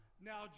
Now